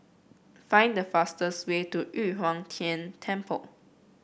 find the fastest way to Yu Huang Tian Temple